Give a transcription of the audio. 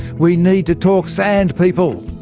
we need to talk sand, people!